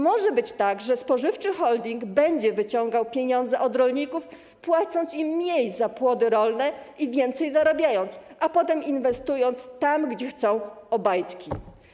Może być tak, że spożywczy holding będzie wyciągał pieniądze od rolników, płacąc im mniej za płody rolne i więcej zarabiając, a potem inwestując tam, gdzie chcą Obajtki.